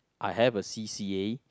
I have a C_c_A